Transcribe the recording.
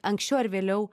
anksčiau ar vėliau